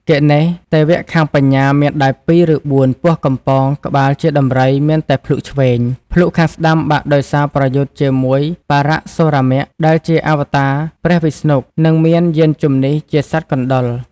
គណេស (ទេវៈខាងបញ្ញា មានដៃ២ ឬ៤ ពោះកំប៉ោង ក្បាលជាដំរី មានតែភ្លុកឆ្វេង ភ្លុកខាងស្តាំបាក់ដោយសារប្រយុទ្ធជាមួយបរសុរាមៈ ដែលជាអវតារព្រះវិស្ណុ និងមានយានជិនះជាសត្វកណ្តុរ)។